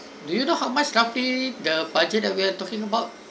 do you know how much roughly the budget that we are talking about